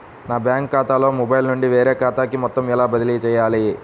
నా బ్యాంక్ ఖాతాలో మొబైల్ నుండి వేరే ఖాతాకి మొత్తం ఎలా బదిలీ చేయాలి?